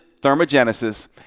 thermogenesis